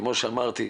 כפי שאמרתי,